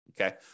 Okay